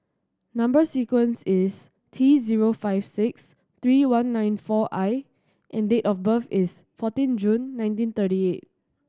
number sequence is T zero five six three one nine four I and date of birth is fourteen June nineteen thirty eight